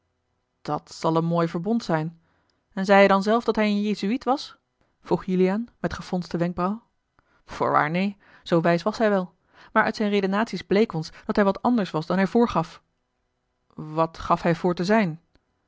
dat zal een mooi verbond zijn en zeî hij dan zelf dat hij een jezuïet was vroeg juliaan met gefronste wenkbrauw voorwaar neen zoo wijs was hij wel maar uit zijne redenaties bleek ons dat hij wat anders was dan hij voorgaf wat gaf hij voor te zijn